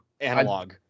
analog